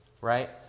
right